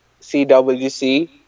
CWC